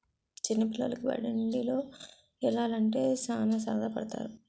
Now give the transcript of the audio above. చిన్న పిల్లోలికి బండిలో యల్లాలంటే సాన సరదా పడతారు